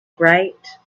bright